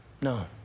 No